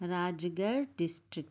Rajgarh district